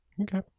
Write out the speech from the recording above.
Okay